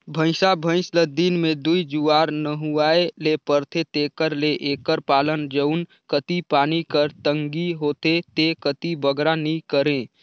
भंइसा भंइस ल दिन में दूई जुवार नहुवाए ले परथे तेकर ले एकर पालन जउन कती पानी कर तंगी होथे ते कती बगरा नी करें